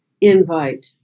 invite